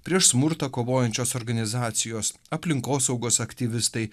prieš smurtą kovojančios organizacijos aplinkosaugos aktyvistai